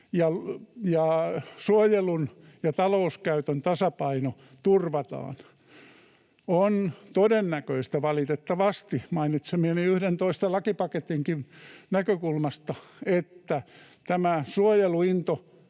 ja suojelun ja talouskäytön tasapaino turvataan. On todennäköistä, valitettavasti, mainitsemieni 19 lakipaketinkin näkökulmasta, että tämä suojeluinto